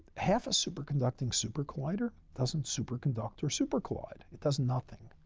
half a superconducting super collider doesn't super conduct or super collide, it does nothing.